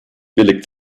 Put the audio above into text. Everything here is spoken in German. billig